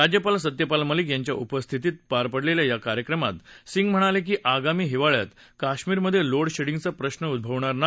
राज्यपाल सत्यपाल मलिक यांच्या उपस्थितीत झालेल्या या कार्यक्रमात सिंग म्हणाले कि आगामी हिवाळ्यात काश्मीरमध्ये लोड शेडींगचा प्रश्न उद्ववणार नाही